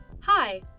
Hi